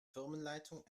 firmenleitung